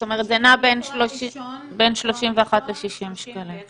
זאת אומרת זה נע בין 31 ל-60 שקלים?